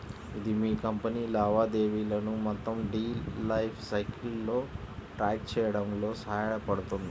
ఇది మీ కంపెనీ లావాదేవీలను మొత్తం డీల్ లైఫ్ సైకిల్లో ట్రాక్ చేయడంలో సహాయపడుతుంది